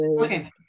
Okay